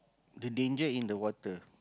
the danger in the water